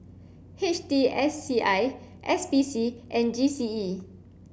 H T S C I S P C and G C E